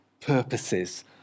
purposes